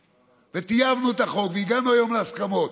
טייבנו את החוק והגענו היום להסכמות.